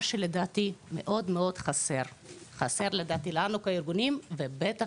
מה שלדעתי מאוד חסר לנו כארגונים ובטח